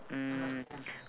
mm